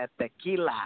Tequila